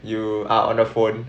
you are on the phone